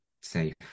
safe